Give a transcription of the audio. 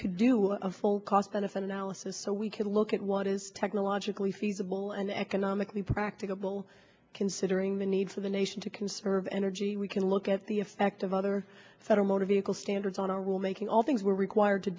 could do a full cost benefit analysis so we could look at what as technologically feasible and economically practicable considering the need for the nation to conserve energy we can look at the effect of other federal motor vehicle standards on a rule making all things we're required to